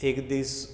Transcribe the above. एक दीस